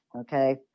Okay